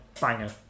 banger